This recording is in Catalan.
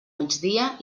migdia